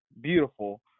beautiful